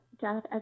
death